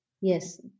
Yes